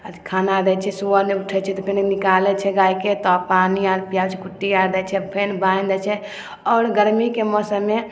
अथी खाना दै छिए सुबहमे उठै छिए तऽ पहिने निकालै छिए गाइके तब पानी आर पिआबै छिए कुट्टी आर दै छिए फेन बान्हि दै छिए आओर गरमीके मौसममे